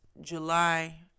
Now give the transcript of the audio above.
July